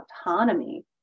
autonomy